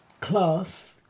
class